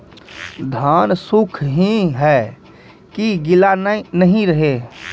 धान सुख ही है की गीला नहीं रहे?